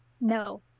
No